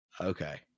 okay